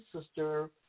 sister